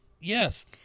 yes